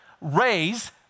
raise